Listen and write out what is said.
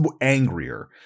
angrier